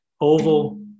oval